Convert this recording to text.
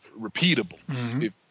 repeatable